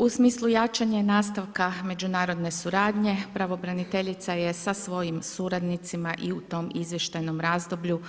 U smislu jačanje nastavka međunarodne suradnje, pravobraniteljica je sa svojim suradnicima i u tom izvještajnom razdoblju,